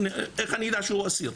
איך אני אדע שהוא אסיר.